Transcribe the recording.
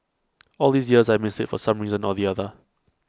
all these years I missed IT for some reason or the other